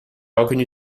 reconnu